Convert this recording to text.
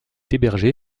hébergé